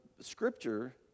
Scripture